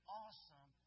awesome